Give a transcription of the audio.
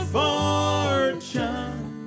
fortune